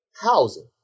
housing